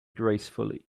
gracefully